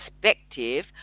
perspective